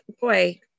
Boy